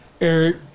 Eric